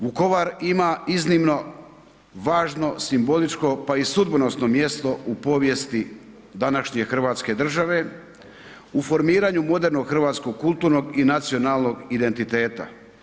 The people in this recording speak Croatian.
Vukovar ima iznimno važno simboličko pa i sudbonosno mjesto u povijesti današnje Hrvatske države, u formiranju modernog hrvatskog kulturnog i nacionalnog identiteta.